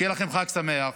שיהיה לכם חג שמח.